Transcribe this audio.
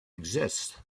exists